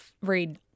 read